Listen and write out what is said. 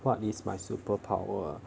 what is my superpower